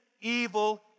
evil